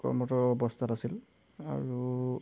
কৰ্মৰত অৱস্থাত আছিল আৰু